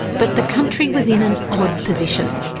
but the country was in an odd position,